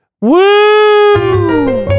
Woo